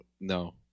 No